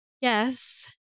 Yes